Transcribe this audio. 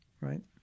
right